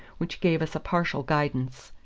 which gave us a partial guidance.